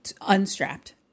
unstrapped